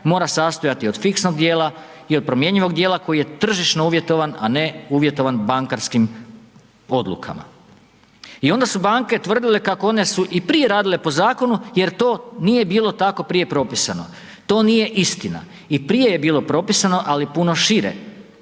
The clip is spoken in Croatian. mora sastoji od fiksnog djela i od promjenjivog djela koji je tržišno uvjetovan a ne uvjetovan bankarskim odlukama. I onda su banke tvrdile kako one su i prije radile po zakonu jer to nije bilo tako prije propisano. To nije istina, i prije je bilo propisano ali puno šire.